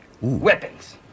Weapons